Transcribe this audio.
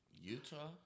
Utah